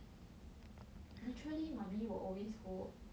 literally mummy will always go